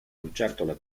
lucertola